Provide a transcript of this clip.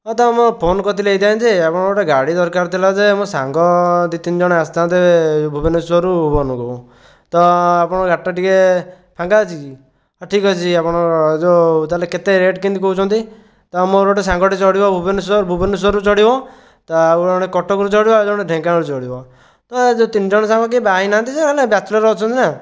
ହଁ ତମେ ମୋ ଫୋନ୍ କରିଥିଲି ଏଇଥିପାଇଁ ଯେ ଆମର ଗୋଟିଏ ଗାଡି ଦରକାର ଥିଲା ଯେ ମୋ' ସାଙ୍ଗ ଦି ତିନିଜଣ ଆସିଥାନ୍ତେ ଭୁବନେଶ୍ୱରରୁ ଭୁବନକୁ ତ ଆପଣଙ୍କ ଗାଡିଟା ଟିକେ ଫାଙ୍କା ଅଛି ହଁ ଠିକ୍ ଅଛି ଆପଣଙ୍କର ଯେଉଁ ତାହେଲେ କେତେ ରେଟ କେମିତି କହୁଚନ୍ତି ତ ମୋର ଗୋଟେ ସାଙ୍ଗଟେ ଚଢିବ ଭୁବନେଶ୍ୱର ଭୁବନେଶ୍ୱରରୁ ଚଢ଼ିବ ତ ଆଉ ଜଣେ କଟକରୁ ଚଢ଼ିବ ଆଉ ଜଣେ ଢେଙ୍କାନାଳରୁ ଚଢ଼ିବ ଏ ତିନିଜଣ ଯାକ କେହି ବାହା ହୋଇନାହାଁନ୍ତି ଯେ ହେଲେ ବ୍ୟାଚଲର ଅଛନ୍ତି ନା